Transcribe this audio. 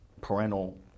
parental